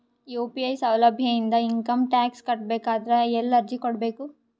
UPI ಸೌಲಭ್ಯ ಇಂದ income tax ಕಟ್ಟಬೇಕಾದರ ಎಲ್ಲಿ ಅರ್ಜಿ ಕೊಡಬೇಕು?